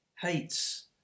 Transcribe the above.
hates